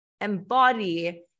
embody